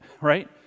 Right